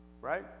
right